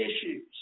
issues